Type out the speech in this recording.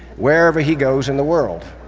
wherever he goes in the world.